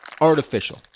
artificial